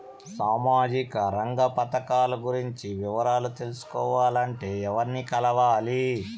సామాజిక రంగ పథకాలు గురించి వివరాలు తెలుసుకోవాలంటే ఎవర్ని కలవాలి?